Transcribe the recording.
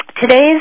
Today's